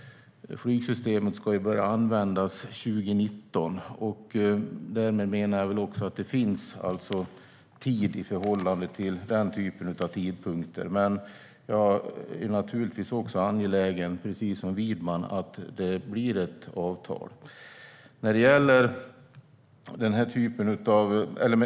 Flygsystemet ska börja användas 2019. Därmed menar jag att det finns tid i förhållande till den typen av tidpunkter. Jag är naturligtvis, precis som Widman, angelägen om att det blir ett avtal.